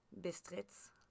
Bistritz